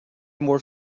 more